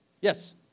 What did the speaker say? Yes